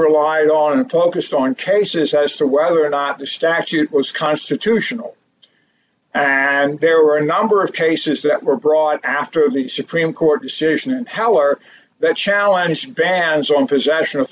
relied on top just on cases as to whether or not the statute was constitutional and there were a number of cases that were brought after the supreme court decision however that challenge bans on possession of